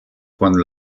von